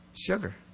Sugar